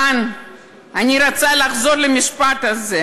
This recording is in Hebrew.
כאן אני רוצה לחזור למשפט הזה: